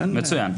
מצוין.